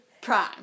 prime